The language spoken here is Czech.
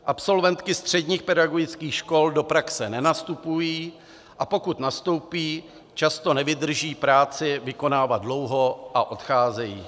Absolventky středních pedagogických škol do praxe nenastupují, a pokud nastoupí, často nevydrží práci vykonávat dlouho a odcházejí.